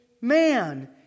man